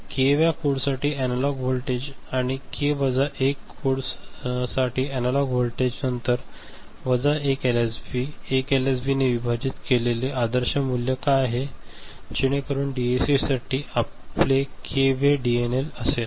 के व्या कोडसाठी analog voltage आणि के वजा 1 कोडसाठी एनालॉग व्होल्टेज नंतर वजा 1 एलएसबी 1 एलएसबीने विभाजित केलेले आदर्श मूल्य काय आहे जेणेकरून डीएसीसाठी आपले के वे डीएनएल असेल